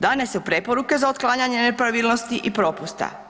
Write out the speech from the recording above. Dane su preporuke za otklanjanje nepravilnosti i propusta.